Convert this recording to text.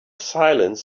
silence